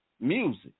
music